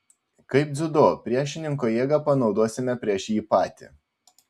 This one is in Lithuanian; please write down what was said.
kaip dziudo priešininko jėgą panaudosime prieš jį patį